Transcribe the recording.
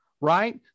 right